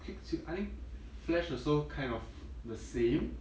quicksil~ I think flash also kind of the same